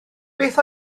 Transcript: beth